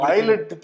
Pilot